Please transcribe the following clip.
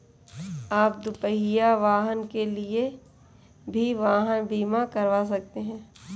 आप दुपहिया वाहन के लिए भी वाहन बीमा करवा सकते हैं